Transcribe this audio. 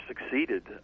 succeeded